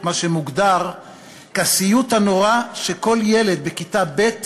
מה שמוגדר כסיוט הנורא של כל ילד בכיתה ב',